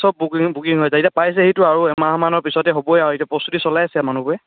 চব booking booking হৈ যায় এতিয়া পাইছেহিতো আৰু এমাহমানৰ পিছতে হ'ব আৰু এতিয়া প্ৰস্তুতি চলাইছে মানুহবোৰে